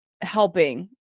helping